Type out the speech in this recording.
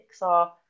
Pixar